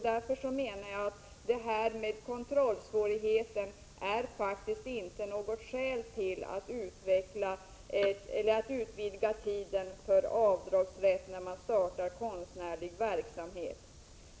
Därför menar jag att kontrollsvårigheten faktiskt inte är något skäl för att inte utvidga tiden för avdragsrätt när man startar konstnärlig verksamhet.